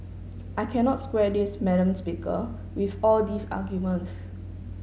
I cannot square this madam speaker with all these arguments